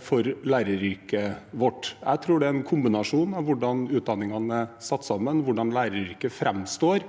for læreryrket vårt. Jeg tror det er en kombinasjon av hvordan utdanningene er satt sammen, hvordan læreryrket framstår,